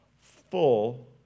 full